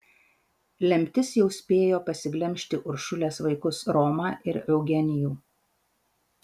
lemtis jau spėjo pasiglemžti uršulės vaikus romą ir eugenijų